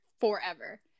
forever